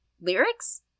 lyrics